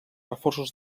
reforços